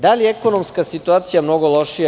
Da li je ekonomska situacija mnogo lošija?